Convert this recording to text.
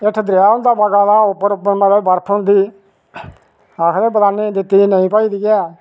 हेठ दरेआ होंदा बगा दा उप्पर मतलब बर्फ होंदी आखदे बदानै दी बी दित्ती दी नेई भजदी ऐ